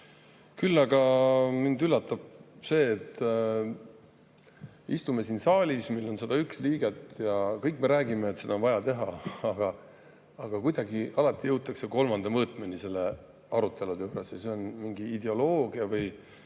Küll aga üllatab mind see, et istume siin saalis, 101 liiget, ja me kõik räägime, et seda on vaja teha, aga kuidagi alati jõutakse kolmanda mõõtmeni selle aruteluga, et kas on mingi ideoloogia või